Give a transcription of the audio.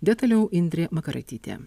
detaliau indrė makaraitytė